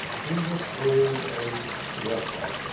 he was called a sweater,